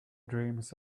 dreams